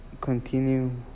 continue